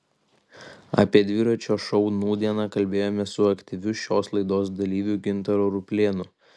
apie dviračio šou nūdieną kalbėjomės su aktyviu šios laidos dalyviu gintaru ruplėnu